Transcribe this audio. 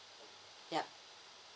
yup